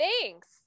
Thanks